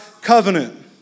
covenant